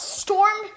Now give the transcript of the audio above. storm